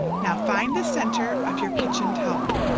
now, find the center of your kitchen towel.